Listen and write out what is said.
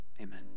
Amen